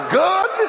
good